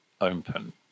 open